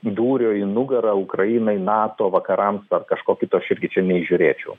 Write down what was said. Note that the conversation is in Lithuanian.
dūrio į nugarą ukrainai nato vakarams ar kažko kito aš irgi čia neįžiūrėčiau